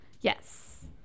Yes